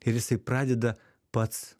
ir jisai pradeda pats